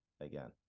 again